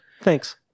Thanks